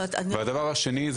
והדבר השני,